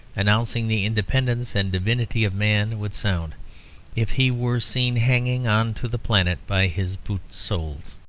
announcing the independence and divinity of man, would sound if he were seen hanging on to the planet by his boot soles.